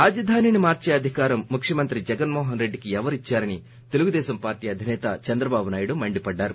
రాజధానిని మార్చే అధికారం ముఖ్యమంత్రి జగన్మోహన్ రెడ్డి కి ఎవరు ఇచ్చారని తెలుగుదేశం అధిసేత చంద్రబాబు నాయుడు మండిపడ్డారు